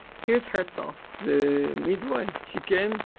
here's herzel the midwife she came,